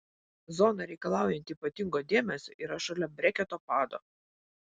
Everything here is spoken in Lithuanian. zona reikalaujanti ypatingo dėmesio yra šalia breketo pado